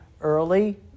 early